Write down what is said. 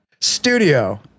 Studio